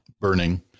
burning